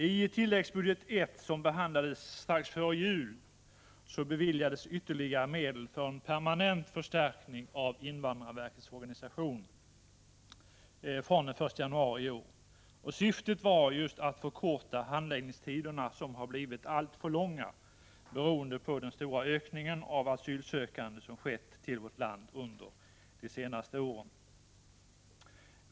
I tilläggsbudget I, som behandlades strax före jul, beviljades ytterligare medel för en permanent förstärkning av invandrarverkets organisation från den 1 januari i år. Syftet var just att förkorta handläggningstiderna, som har blivit alltför långa, beroende på den stora ökningen av antalet asylsökande i vårt land de senaste åren.